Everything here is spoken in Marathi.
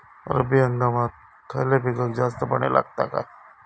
रब्बी हंगामात खयल्या पिकाक जास्त पाणी लागता काय?